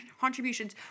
contributions